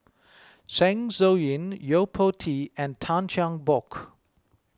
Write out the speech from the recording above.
Zeng Shouyin Yo Po Tee and Tan Cheng Bock